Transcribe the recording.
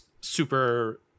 super